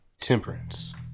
Temperance